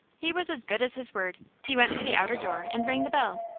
he was as good as his word. he went to the outer door and rang the bell.